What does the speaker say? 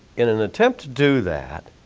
in an attempt to do that,